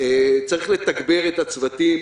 צריך לתגבר את הצוותים.